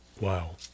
Wow